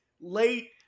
late